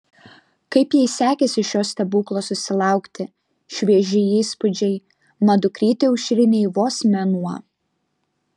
kaip jai sekėsi šio stebuklo susilaukti švieži įspūdžiai mat dukrytei aušrinei vos mėnuo